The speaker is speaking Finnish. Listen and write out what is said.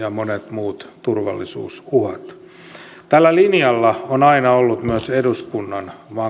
muut turvallisuus uhat tällä linjalla on aina ollut myös eduskunnan vankka tuki